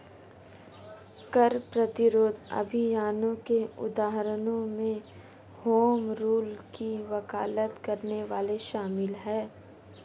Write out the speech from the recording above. कर प्रतिरोध अभियानों के उदाहरणों में होम रूल की वकालत करने वाले शामिल हैं